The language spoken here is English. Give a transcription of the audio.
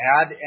add